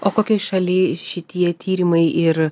o kokioj šaly šitie tyrimai ir